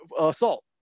Assault